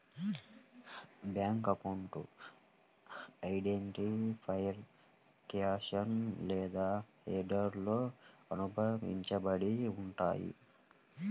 bank అకౌంట్లు identifier caption లేదా హెడర్తో అనుబంధించబడి ఉంటయ్యి